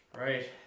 Right